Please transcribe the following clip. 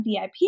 VIP